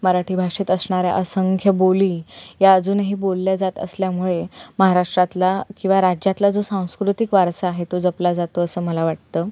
मराठी भाषेत असणाऱ्या असंख्य बोली या अजूनही बोलल्या जात असल्यामुळे महाराष्ट्रातला किंवा राज्यातला जो सांस्कृतिक वारसा आहे तो जपला जातो असं मला वाटतं